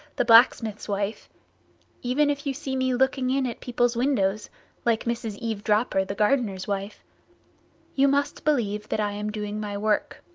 the blacksmith's wife even if you see me looking in at people's windows like mrs. eve dropper, the gardener's wife you must believe that i am doing my work.